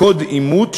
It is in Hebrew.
קוד אימות,